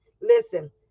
Listen